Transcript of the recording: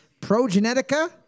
progenetica